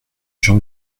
gens